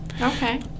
Okay